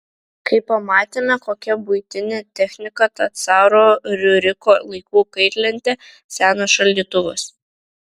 kai pamatėme kokia buitinė technika ta caro riuriko laikų kaitlentė senas šaldytuvas